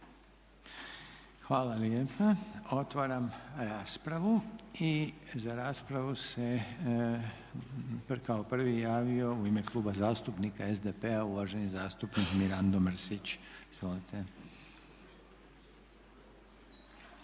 Hvala lijepa. Otvaram raspravu. Za raspravu se kao prvi javio u ime Kluba zastupnika SDP-a uvaženi zastupnik Mirando Mrsić,